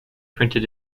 printed